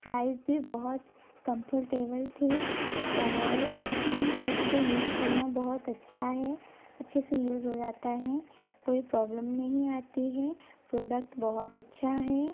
price भी बहुत comfortable थी और उस में उसको यूज़ करना बहुत अच्छा है अच्छे से यूज़ हो जाता है कोई प्रॉब्लम नहीं आती है प्रोडक्ट बहुत अच्छा है